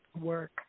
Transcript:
work